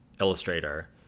illustrator